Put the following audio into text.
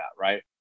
Right